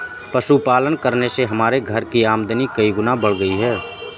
पशुपालन करने से हमारे घर की आमदनी कई गुना बढ़ गई है